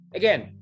again